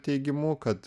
teigimu kad